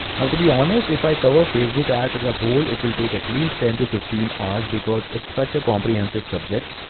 now to be honest, if i cover facebook ads as a whole, it will take at least and ten fifteen hours, because it's such a comprehensive subject.